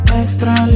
extra